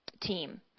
team